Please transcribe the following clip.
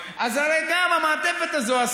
הרי שגם המעטפת הזאת,